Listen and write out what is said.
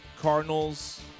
Cardinals